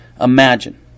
imagine